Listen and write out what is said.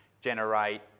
generate